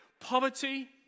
poverty